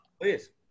Please